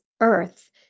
earth